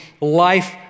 life